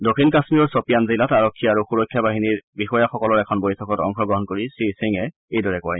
দক্ষিণ কাশ্মীৰৰ ছপিয়ান জিলাত আৰক্ষী আৰু সুৰক্ষাবাহিনীৰ বিষয়াসকলৰ এখন বৈঠকত অংশগ্ৰহণ কৰি শ্ৰীসিঙে এইদৰে কয়